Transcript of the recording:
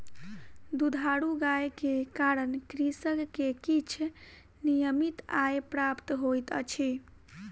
दुधारू गाय के कारण कृषक के किछ नियमित आय प्राप्त होइत अछि